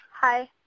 Hi